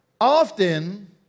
Often